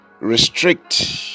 restrict